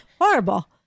Horrible